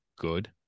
good